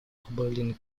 oberlin